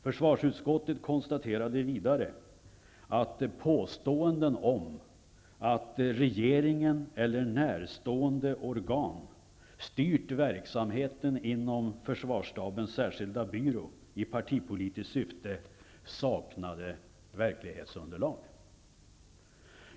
Försvarsutskottet konstaterade vidare att påståendena om att regeringen eller närstående organ styrt verksamheten inom försvarsstabens särskilda byrå i partipolitiskt syfte saknade verklighetsunderlag.